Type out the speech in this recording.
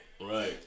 Right